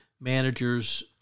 managers